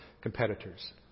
competitors